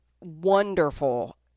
wonderful